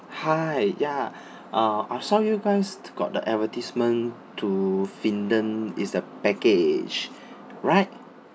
hi ya ah I saw you guys got the advertisement to finland it's the package right